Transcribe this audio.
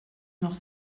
noch